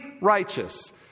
righteous